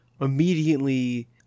immediately